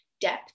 depth